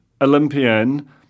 Olympian